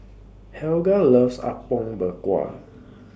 Helga loves Apom Berkuah